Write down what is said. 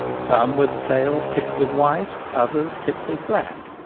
some with the tails tipped with white, others tipped with black.